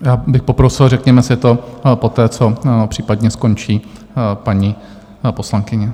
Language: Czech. Já bych poprosil, řekněme si to poté, co případně skončí paní poslankyně.